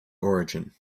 origin